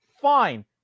fine